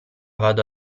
vado